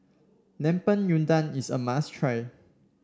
Lemper Udang is a must try